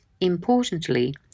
importantly